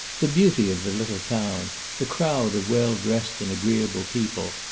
the beauty of the little town, the crowd of well-dressed and agreeable people,